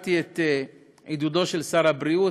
קיבלתי את עידודו של שר הבריאות,